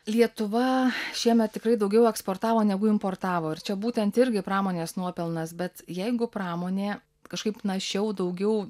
lietuva šiemet tikrai daugiau eksportavo negu importavo ir čia būtent irgi pramonės nuopelnas bet jeigu pramonė kažkaip našiau daugiau